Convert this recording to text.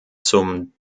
zum